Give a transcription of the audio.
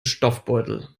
stoffbeutel